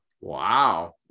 Wow